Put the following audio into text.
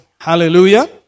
Hallelujah